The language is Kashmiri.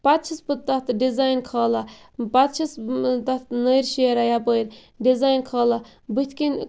پَتہٕ چھَس بہٕ تَتھ ڈِزاین کھالان پَتہٕ چھَس تتھ نٔرۍ شیران یَپٲرۍ ڈِزاین کھالان بٕتھ کَنۍ